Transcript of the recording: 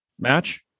Match